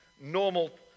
normal